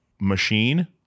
machine